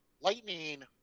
lightning